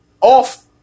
off